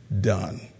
done